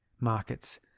markets